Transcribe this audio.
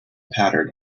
pattered